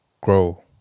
grow